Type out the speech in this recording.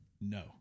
No